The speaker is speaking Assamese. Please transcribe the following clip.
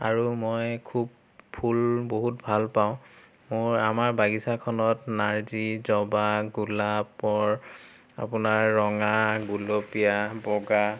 আৰু মই খুব ফুল বহুত ভাল পাওঁ মোৰ আমাৰ বাগিছাখনত নাৰ্জী জবা গোলাপ পৰ আপোনাৰ ৰঙা গুলপীয়া বগা